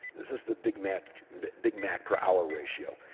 this is the big mac big mac per hour ratio.